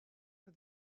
for